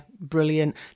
brilliant